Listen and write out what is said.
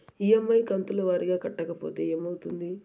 EMI కంతుల వారీగా కట్టకపోతే ఏమవుతుంది?